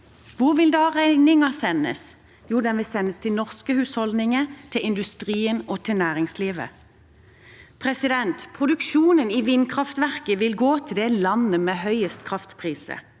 Hvor vil da regningen sendes? Jo, den vil sendes til norske husholdninger, til industrien og til næringslivet. Produksjonen i vindkraftverk vil gå til det landet med høyest kraftpriser.